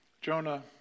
Jonah